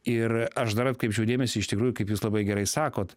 ir aš dar atkreipčiau dėmesį iš tikrųjų kaip jūs labai gerai sakot